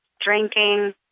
drinking